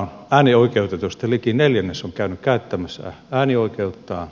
nyt äänioikeutetuista liki neljännes on käynyt käyttämässä äänioikeuttaan